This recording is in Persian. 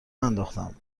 ننداختم